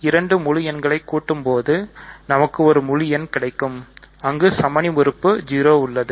இரண்டு முழு எண்களை கூட்டும் போது நமக்கு ஒரு முழு எண் கிடைக்கும் அங்கு சமணி உறுப்பு 0 இருக்கும்